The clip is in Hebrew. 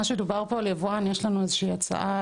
בסעיף 106,